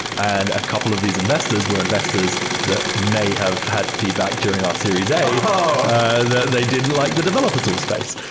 and a couple of these investors were investors that may have had feedback during our series a and that didn't like the developer tool space.